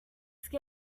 skin